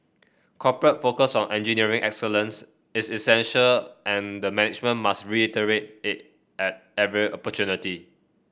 corporate focus on engineering excellence is essential and the management must reiterate it at every opportunity